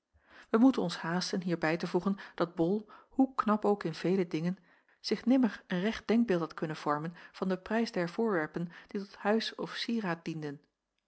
wij moeten ons haasten hier bij te voegen dat bol hoe knap ook in vele dingen zich nimmer een recht denkbeeld had kunnen vormen van den prijs der voorwerpen die tot huis of cier raad dienden